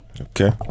Okay